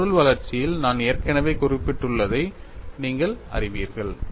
என் பொருள் வளர்ச்சியில் நான் ஏற்கனவே குறிப்பிட்டுள்ளதை நீங்கள் அறிவீர்கள்